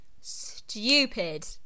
Stupid